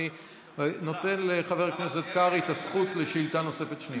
אני נותן לחבר הכנסת קרעי את הזכות לשאלה נוספת שנייה.